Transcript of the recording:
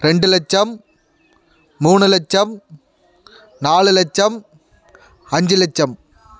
ரெண்டு லட்சம் மூணு லட்சம் நாலு லட்சம் அஞ்சு லட்சம்